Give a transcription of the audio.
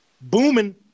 booming